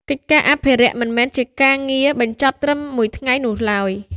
កិច្ចការអភិរក្សមិនមែនជាការងារបញ្ចប់ត្រឹមមួយថ្ងៃនោះឡើយ។